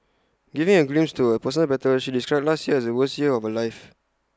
giving A glimpse to A personal battles she described last year as the worst year of her life